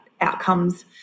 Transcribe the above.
outcomes